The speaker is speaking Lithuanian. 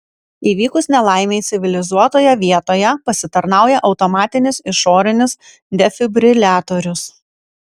įvykus nelaimei civilizuotoje vietoje pasitarnauja automatinis išorinis defibriliatoriaus